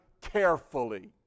carefully